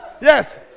Yes